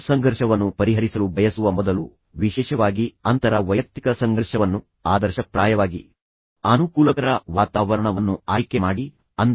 ನೀವು ಸಂಘರ್ಷವನ್ನು ಪರಿಹರಿಸಲು ಬಯಸುವ ಮೊದಲು ವಿಶೇಷವಾಗಿ ಅಂತರ ವೈಯಕ್ತಿಕ ಸಂಘರ್ಷವನ್ನು ಆದರ್ಶಪ್ರಾಯವಾಗಿ ಅನುಕೂಲಕರ ವಾತಾವರಣವನ್ನು ಆಯ್ಕೆ ಮಾಡಿ ನೀವು ಮಾಡಬೇಕು